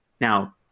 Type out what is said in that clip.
Now